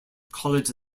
college